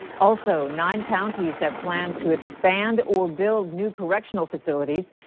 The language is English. also. nine counties have plans to expand or build new correctional facilities.